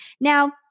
Now